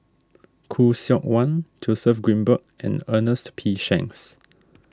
Khoo Seok Wan Joseph Grimberg and Ernest P Shanks